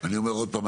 אני אומר עוד פעם,